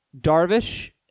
Darvish